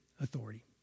authority